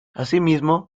asimismo